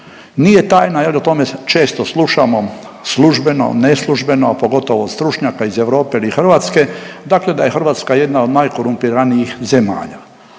Nije tajna jel o tome često slušamo službeno, neslužbeno pogotovo od stručnjaka iz Europe ili Hrvatske, dakle da je Hrvatska jedna od najkorumpiranijih zemalja.